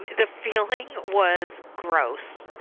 and the feeling was gross.